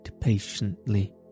patiently